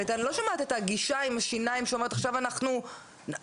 אני לא שומעת את הגישה עם השיניים שאומרת שעכשיו אנחנו מחפשים.